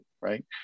right